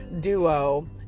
duo